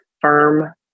firm